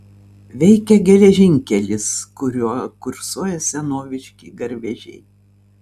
veikia geležinkelis kuriuo kursuoja senoviški garvežiai